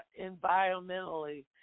environmentally